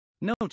Note